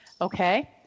okay